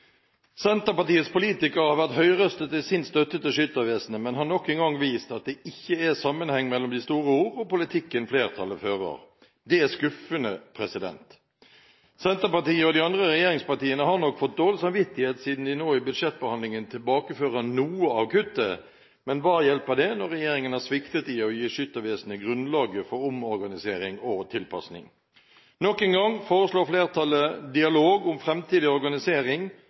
Senterpartiets politikere har vært høyrøstet i sin støtte til Skyttervesenet, men har nok en gang vist at det ikke er sammenheng mellom de store ord og politikken flertallet fører. Det er skuffende. Senterpartiet og de andre regjeringspartiene har nok fått dårlig samvittighet, siden de nå i budsjettbehandlingen tilbakefører noe av kuttet. Men hva hjelper det når regjeringen har sviktet i å gi skyttervesenet grunnlaget for omorganisering og tilpasning? Nok en gang foreslår flertallet dialog om framtidig organisering.